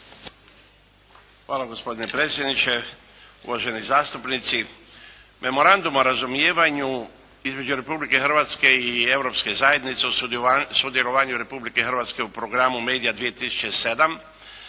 Hvala gospodine predsjedniče, uvaženi zastupnici. Memorandum o razumijevanju izvješća Republike Hrvatske i Europske zajednice o sudjelovanju Republike Hrvatske u programu Media 2007.